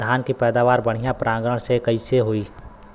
धान की पैदावार बढ़िया परागण से कईसे होई?